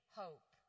hope